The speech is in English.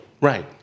Right